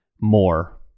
more